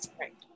right